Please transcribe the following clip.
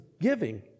giving